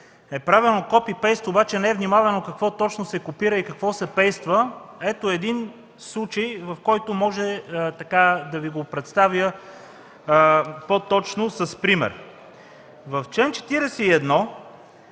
е правено copy-paste, обаче не е внимавано какво точно се копира и какво се пейства, ето един случай, който мога да Ви го представя по-точно с пример. В чл.